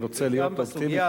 אני רוצה להיות אופטימי,